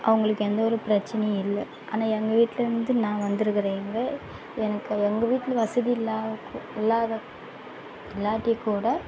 அவங்களுக்கு எந்த ஒரு பிரச்சனையும் இல்லை ஆனால் எங்கள் வீட்டில் வந்து நாங்கள் வந்து இருக்கறோம் இங்கே எனக்கு எங்கள் வீட்டில் வசதி இல்லாத இல்லாத இல்லாட்டி கூட